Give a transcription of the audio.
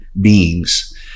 beings